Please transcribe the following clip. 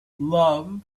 love